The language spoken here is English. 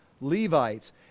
Levites